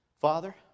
Father